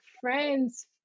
friends